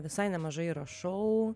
visai nemažai rašau